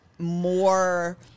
More